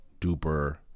duper